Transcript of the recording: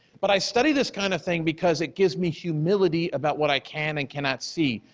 but i study this kind of thing because it gives me humility about what i can and cannot see,